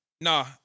Nah